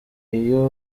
iyo